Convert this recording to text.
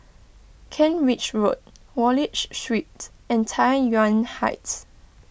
Kent Ridge Road Wallich Street and Tai Yuan Heights